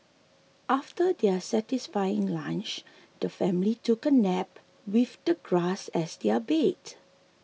after their satisfying lunch the family took a nap with the grass as their bed